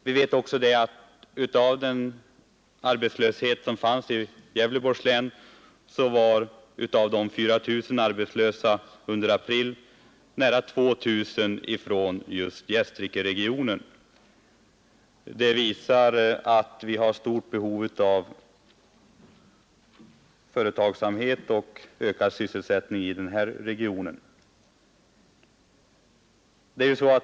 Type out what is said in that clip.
Av de 4 000 arbetslösa i Gävleborgs län som var utan arbete under april månad var nära 2 000 från just Gästrikeregionen. Detta visar att vi har stort behov av företagsamhet och ökad sysselsättning i vår region.